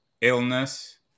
illness